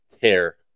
tear